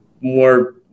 more